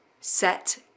Set